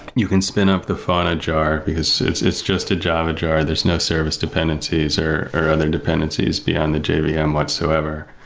you can spin up the fauna jar, because it's it's just a java jar. there's no service dependencies or or other dependencies beyond the jvm, yeah um whatsoever.